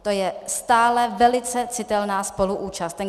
To je stále velice citelná spoluúčast.